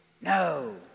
no